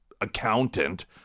accountant